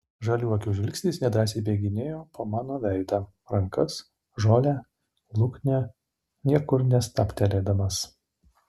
žalių akių žvilgsnis nedrąsiai bėginėjo po mano veidą rankas žolę luknę niekur nestabtelėdamas